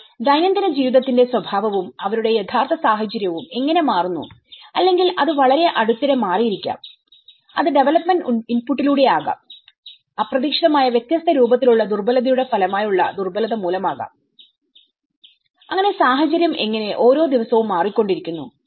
എന്നാൽ ദൈനംദിന ജീവിതത്തിന്റെ സ്വഭാവവും അവരുടെ യഥാർത്ഥ സാഹചര്യവും എങ്ങനെ മാറുന്നു അല്ലെങ്കിൽ അത് വളരെ അടുത്തിടെ മാറിയിരിക്കാം അത് ഡെവലപ്മെന്റ് ഇൻപുട്ടിലൂടെയാകാം അപ്രതീക്ഷിതമായ വ്യത്യസ്ത രൂപത്തിലുള്ള ദുർബലതയുടെ ഫലമായുള്ള ദുർബലത മൂലമാകാം അങ്ങനെ സാഹചര്യം എങ്ങനെ ഓരോ ദിവസവും മാറിക്കൊണ്ടിരിക്കുന്നു